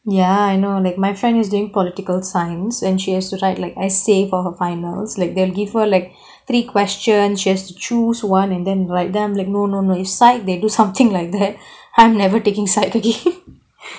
ya I know like my friend is doing political science and she has to write like essay for her finals like they'll give her like three question she has to choose one and then write then I'm like no no no if psychology they do something like that I've never taking psychology again